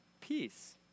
peace